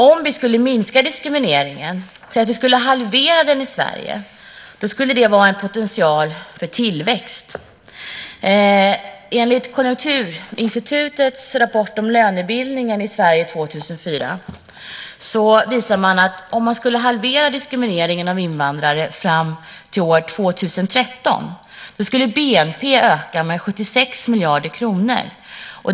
Om vi skulle minska diskrimineringen - säg att vi skulle halvera den i Sverige - skulle det vara en potential för tillväxt. I Konjunkturinstitutets rapport om lönebildningen i Sverige 2004 visar man att om man skulle halvera diskrimineringen av invandrare fram till år 2013 skulle BNP öka med 76 miljarder kronor.